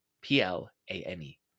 P-L-A-N-E